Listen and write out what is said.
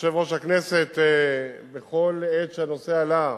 יושב-ראש הכנסת, בכל עת שהנושא עלה,